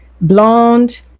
blonde